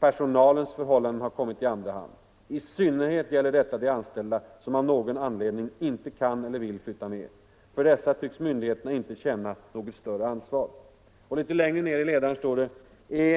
Personalens förhållanden har kommit 145 i andra hand. I synnerhet gäller detta de anställda som av någon anledning inte kan eller vill flytta med. För dessa tycks myndigheterna inte känna något större ansvar.” Litet längre ned heter det: